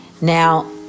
Now